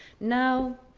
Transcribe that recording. now,